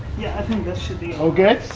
yeah, i think this should be all good?